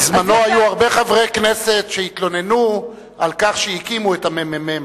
בזמנו היו הרבה חברי כנסת שהתלוננו על כך שהקימו את הממ"מ,